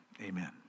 Amen